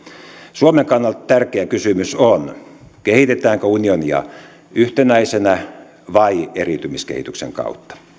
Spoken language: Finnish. suomen kannalta tärkeä kysymys on kehitetäänkö unionia yhteisenä vai eriytymiskehityksen kautta